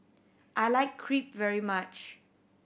I like Crepe very much